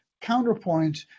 counterpoint